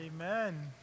Amen